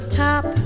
top